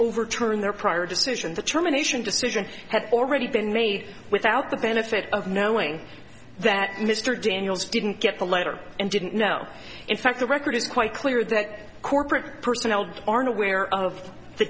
overturn their prior decision to terminations decision had already been made without the benefit of knowing that mr daniels didn't get the letter and didn't know in fact the record is quite clear that corporate personnel aren't aware of the